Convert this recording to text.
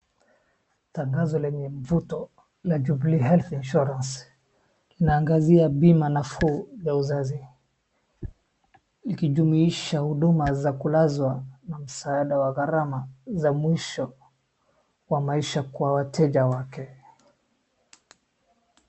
Tangazo lenye mvuto la Jubilee Health Insurance , inaangazia bima nafuu ya uzazi ikijumuisha huduma za kulazwa na msaada wa gharama za mwisho wa maisha kwa wateja wake.